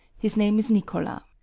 his name is nicola.